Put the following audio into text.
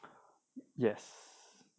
yes